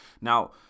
Now